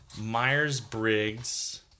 Myers-Briggs